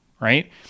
right